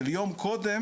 של יום קודם,